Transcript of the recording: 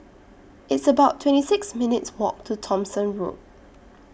It's about twenty six minutes' Walk to Thomson Road